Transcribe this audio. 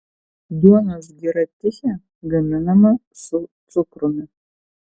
duonos gira tichė gaminama su cukrumi